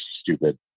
stupid